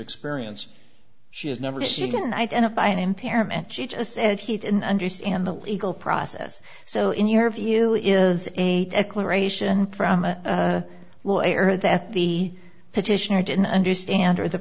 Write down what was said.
experience she has never she didn't identify an impairment she just said he didn't understand the legal process so in your view is a declaration from a lawyer that the petitioner didn't understand or the